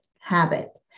habit